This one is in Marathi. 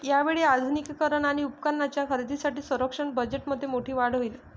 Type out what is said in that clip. यावेळी आधुनिकीकरण आणि उपकरणांच्या खरेदीसाठी संरक्षण बजेटमध्ये मोठी वाढ होईल